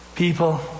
People